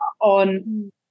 on